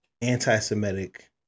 anti-Semitic